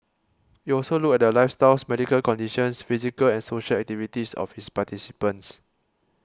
it also looked at the lifestyles medical conditions physical and social activities of its participants